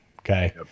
Okay